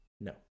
No